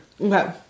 Okay